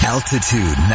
Altitude